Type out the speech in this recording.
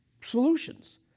solutions